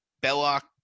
Belloc